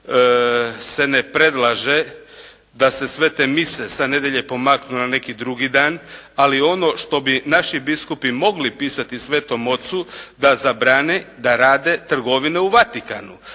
se ne predlaže da se svete mise sa nedjelje pomaknu na neki drugi dan. Ali ono što bi naši biskupi mogli pisati Svetom Ocu da zabrane da rade trgovine u Vatikanu